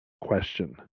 question